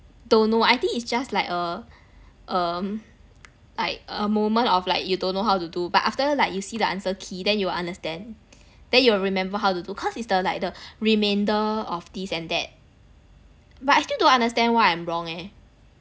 don't know I think it's just like err um like a moment of like you don't know how to do but after like you see the answer key then you will understand then you will remember how to do cause it's the like the remainder of this and that but I still don't understand why I'm wrong eh